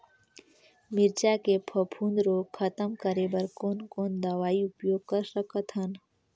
मिरचा के फफूंद रोग खतम करे बर कौन कौन दवई उपयोग कर सकत हन?